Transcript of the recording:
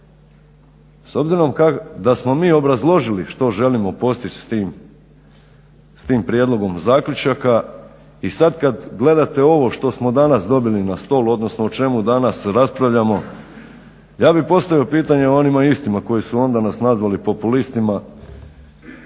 S obzirom da smo mi obrazložili što želimo postići s tim prijedlogom zaključaka i sada kada gledate ovo što smo danas dobili na stol odnosno o čemu danas raspravljamo ja bih postavio pitanje onima istima koji su nas onda nazvali populistima,